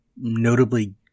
notably